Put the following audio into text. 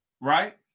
right